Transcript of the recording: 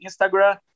Instagram